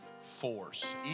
force